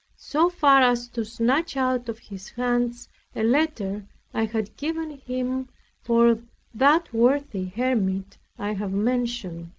so far as to snatch out of his hands a letter i had given him for that worthy hermit i have mentioned.